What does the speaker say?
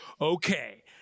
okay